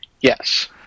Yes